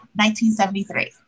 1973